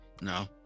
no